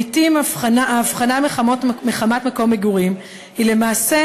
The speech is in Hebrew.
לעתים ההבחנה מחמת מקום מגורים היא למעשה